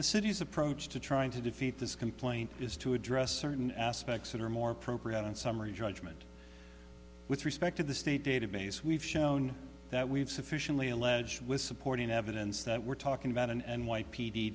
the city's approach to trying to defeat this complaint is to address certain aspects that are more appropriate on summary judgment with respect to the state database we've shown that we've sufficiently alleged with supporting evidence that we're talking about an